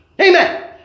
Amen